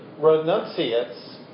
renunciates